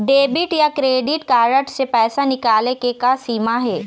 Debit या credit card से पैसा निकाले के का सीमा हे?